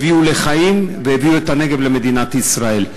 הביא לחיים והביא את הנגב למדינת ישראל.